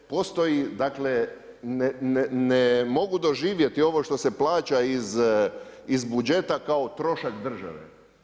Postoji dakle ne mogu doživjeti ovo što se plaća iz budžeta kao trošak države.